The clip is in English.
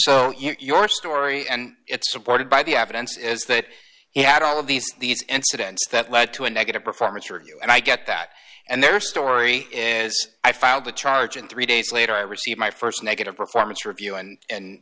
so your story and it's supported by the evidence is that it had all of these these incidents that led to a negative performance review and i get that and their story is i filed the charge and three days later i received my st negative performance review